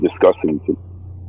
discussing